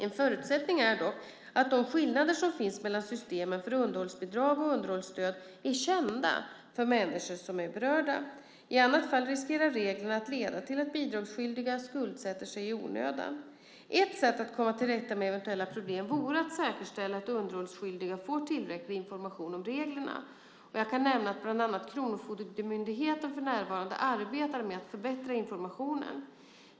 En förutsättning är dock att de skillnader som finns mellan systemen för underhållsbidrag och underhållsstöd är kända för de människor som är berörda. I annat fall riskerar reglerna att leda till att bidragsskyldiga skuldsätts i onödan. Ett sätt att komma till rätta med eventuella problem vore att säkerställa att underhållsskyldiga får tillräcklig information om reglerna. Jag kan nämna att bland annat Kronofogdemyndigheten för närvarande arbetar med att förbättra informationen.